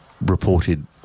reported